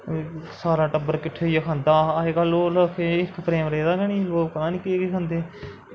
सारा टब्बर कट्ठा होइयै खंदा हा ते अजकल्ल हिरख प्रेम रेदा गै नेईं लोग पता नेईं केह् केह् खंदे